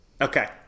Okay